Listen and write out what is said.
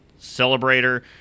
Celebrator